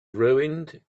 ruined